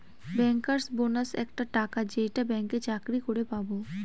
bankers bonus একটা টাকা যেইটা ব্যাঙ্কে চাকরি করে পাবো